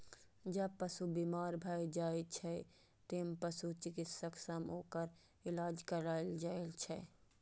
जब पशु बीमार भए जाइ छै, तें पशु चिकित्सक सं ओकर इलाज कराएल जाइ छै